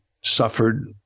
suffered